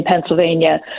Pennsylvania